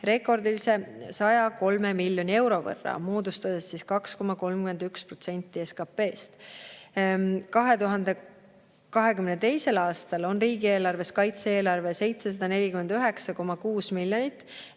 rekordilise 103 miljoni euro võrra, moodustades 2,31% SKP-st. 2022. aastal on riigieelarves kaitse‑eelarve 749,6 miljonit,